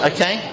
Okay